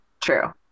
True